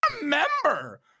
remember